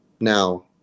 Now